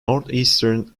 northeastern